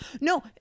No